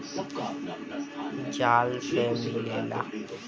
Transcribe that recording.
spider silk एगो protein silk होला जवन की मकड़ी के जाल से मिलेला